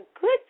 good